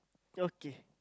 okay